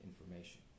information